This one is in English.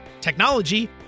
technology